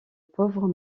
pauvres